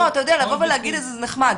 אתה יודע, לבוא ולהגיד את זה, זה נחמד.